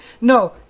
No